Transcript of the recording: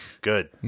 Good